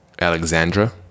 Alexandra